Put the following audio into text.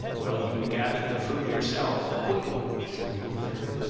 will you gather the fruit yourself, queen said the old fairy,